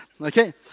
Okay